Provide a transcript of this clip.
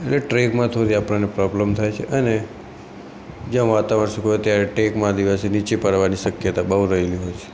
એટલે ટ્રૅકમાં થોડી આપણને પ્રોબ્લમ થાય છે અને જ્યાં વાતાવરણ સૂકું હોય ત્યારે ટ્રૅકમાં દિવસે નીચે પડવાની શક્યતા બહુ રહેલી હોય છે